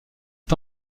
est